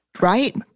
Right